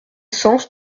sens